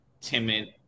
timid